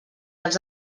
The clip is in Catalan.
els